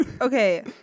Okay